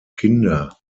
kinder